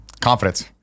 Confidence